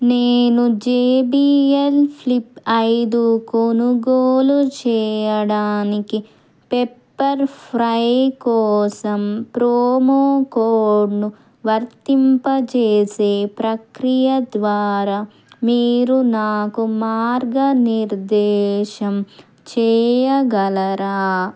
నేను J B L flip ఐదు కొనుగోలు చేయడానికి పెప్పర్ ఫ్రై కోసం ప్రోమో కోడ్ను వర్తింపజేసే ప్రక్రియ ద్వారా మీరు నాకు మార్గనిర్దేశం చెయ్యగలరా